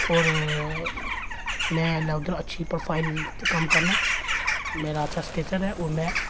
होर में एल्लै उद्धर अच्छी प्रोफाइल च कम्म करनां मेरा अच्छा स्टेट्स ऐ होर में